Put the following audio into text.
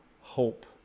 hope